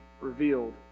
revealed